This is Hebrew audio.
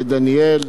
לדניאל,